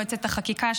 יועצת החקיקה,